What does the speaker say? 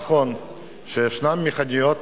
נכון שיש מכוניות